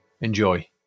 Enjoy